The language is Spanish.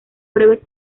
breves